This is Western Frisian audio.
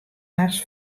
nachts